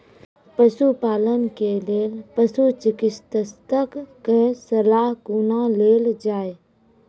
पशुपालन के लेल पशुचिकित्शक कऽ सलाह कुना लेल जाय?